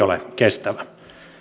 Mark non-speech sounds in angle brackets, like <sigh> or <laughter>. <unintelligible> ole kestävä